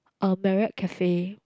uh Marriott cafe